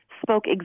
spoke